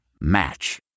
Match